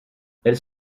elles